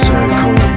Circle